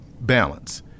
balance